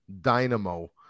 Dynamo